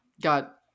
got